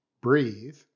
breathe